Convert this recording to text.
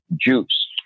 juice